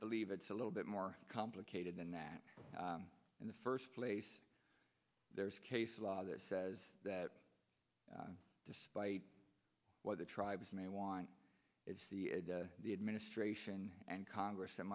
believe it's a little bit more complicated than that in the first place there's case law that says that despite what the tribes may want it's the administration and congress